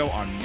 on